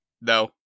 no